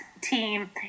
team